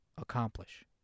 Accomplish